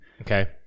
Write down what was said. Okay